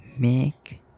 make